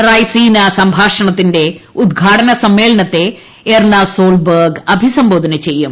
റെയ്സീന സംഭാഷണത്തിന്റെ ഉദ്ഘാടന സമ്മേളനത്തെ എർണ സോൾ ബെർഗ് അഭിസംബോധന ചെയ്യും